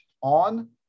on